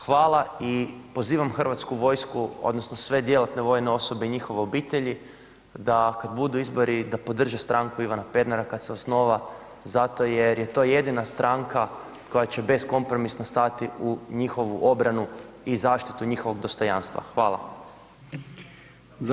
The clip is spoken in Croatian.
Hvala i pozivam Hrvatsku vojsku odnosno djelatne vojne osobe i njihove obitelji da kad budu izbori da podrže stranu Ivana Pernara kad se osnova zato jer je to jedina stranka koja će beskompromisno stajati u njihovu obranu i zaštitu njihovog dostojanstva, hvala.